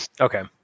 okay